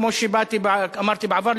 כמו שאמרתי בעבר,